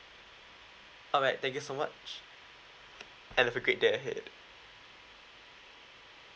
alright thank you so much have a great day ahead